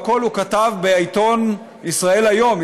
והכול הוא כתב בעיתון ישראל היום,